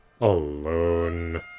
alone